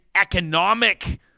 economic